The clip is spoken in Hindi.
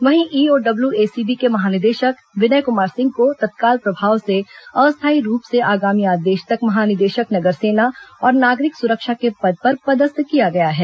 वहीं ईओडब्ल्य् एसीबी के महानिदेशक विनय कुमार सिंह को तत्काल प्रभाव से अस्थायी रूप से आगामी आदेश तक महानिदेशक नगर सेना और नागरिक सुरक्षा के पद पर पदस्थ किया गया है